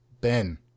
Ben